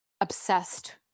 obsessed